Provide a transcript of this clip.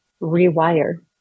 rewire